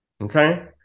okay